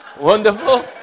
Wonderful